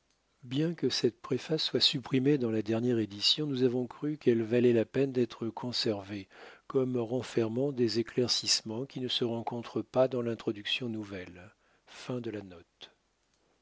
bien que cette préface soit supprimée dans la dernière édition nous avons cru qu'elle valait la peine d'être conservée comme renfermant des éclaircissements qui ne se rencontrent pas dans l'introduction